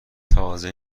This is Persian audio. تازه